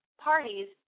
parties